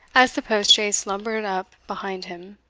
as the post-chaise lumbered up behind him.